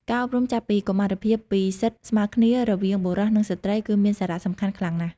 ការអប់រំចាប់ពីកុមារភាពពីសិទ្ធិស្មើគ្នារវាងបុរស និងស្ត្រីគឺមានសារៈសំខាន់ខ្លាំងណាស់។